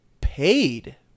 paid